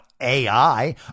AI